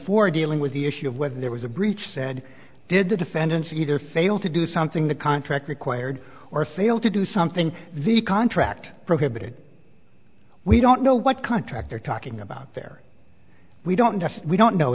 for dealing with the issue of whether there was a breach said did the defendants either fail to do something the contract required or failed to do something the contract prohibited we don't know what contract they're talking about there we don't have we don't know